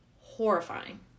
horrifying